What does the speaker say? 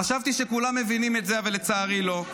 חשבתי שכולם מבינים את זה, אבל, לצערי, לא.